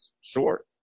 short